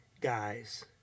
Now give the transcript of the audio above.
guys